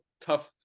tough